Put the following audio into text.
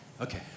Okay